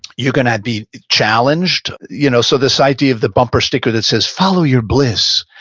you're going to be challenged. you know so this idea of the bumper sticker that says, follow your bliss,